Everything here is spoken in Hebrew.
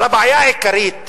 אבל הבעיה העיקרית,